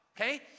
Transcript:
okay